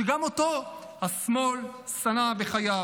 שגם אותו השמאל שנא בחייו.